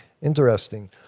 Interesting